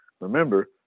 Remember